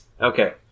Okay